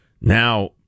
Now